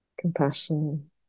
compassion